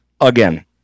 again